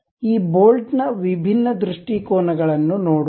ಈ ಬೋಲ್ಟ್ ನ ವಿಭಿನ್ನ ದೃಷ್ಟಿಕೋನಗಳನ್ನು ನೋಡೋಣ